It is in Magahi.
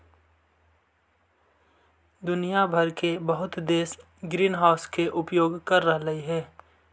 दुनिया भर के बहुत देश ग्रीनहाउस के उपयोग कर रहलई हे